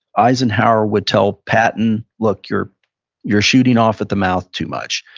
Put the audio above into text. eisenhower would tell patton, look, you're you're shooting off at the mouth too much.